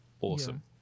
Awesome